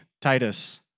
Titus